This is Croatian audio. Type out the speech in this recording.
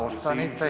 Ostanite.